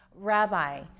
Rabbi